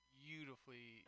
beautifully